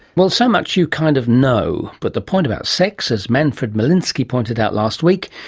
well, so much you kind of know, but the point about sex, as manfred milinski pointed out last week,